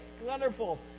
wonderful